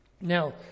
Now